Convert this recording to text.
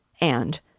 and